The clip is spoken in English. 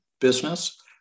business